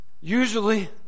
usually